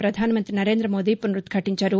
ప్రధాన మంతి నరేంద్ర మోదీ పునరుద్వాటించారు